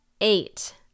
eight